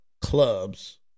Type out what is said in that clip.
clubs